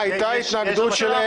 הייתה התנגדות של אלקין.